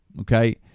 Okay